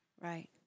right